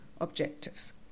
objectives